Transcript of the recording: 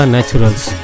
Naturals